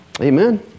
Amen